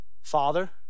Father